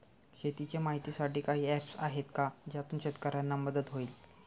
शेतीचे माहितीसाठी काही ऍप्स आहेत का ज्यातून शेतकऱ्यांना मदत होईल?